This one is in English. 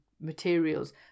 materials